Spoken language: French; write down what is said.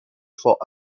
fort